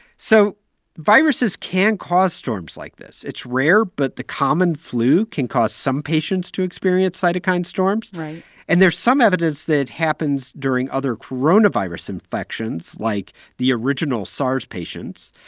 so viruses can cause storms like this. it's rare, but the common flu can cause some patients to experience cytokine storms right and there's some evidence that it happens during other coronavirus infections, like the original sars patients.